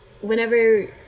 whenever